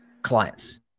clients